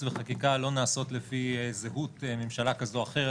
וחקיקה לא נעשות לפי זהות ממשלה כזאת או אחרת.